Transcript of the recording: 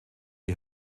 die